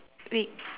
we